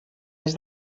des